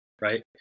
right